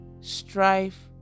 strife